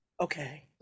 Okay